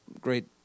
great